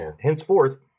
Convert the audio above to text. Henceforth